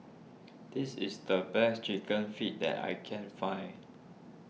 this is the best Chicken Feet that I can find